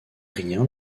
rien